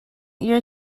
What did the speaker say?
your